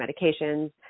medications